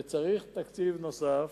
וצריך תקציב נוסף,